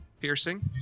Piercing